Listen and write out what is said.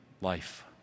life